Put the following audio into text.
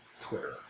Twitter